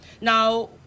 Now